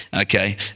Okay